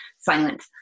silent